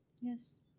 Yes